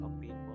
people